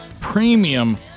premium